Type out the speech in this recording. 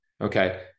Okay